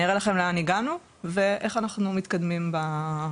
אני אראה לכם לאן הגענו ולאיפה אנחנו מתקדמים בהמשך.